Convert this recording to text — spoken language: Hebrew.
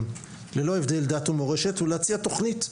ללא הבדל דת ומורשת ולהציע תכנית לשמירתם,